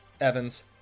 Evans